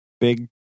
big